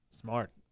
smart